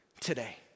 today